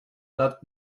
that